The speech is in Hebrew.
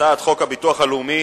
הצעת חוק הביטוח הלאומי